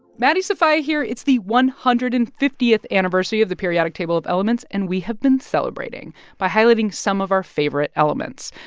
maddie sofia here. it's the one hundred and fiftieth anniversary of the periodic table of elements, and we have been celebrating by highlighting some of our favorite elements.